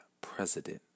president